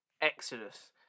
Exodus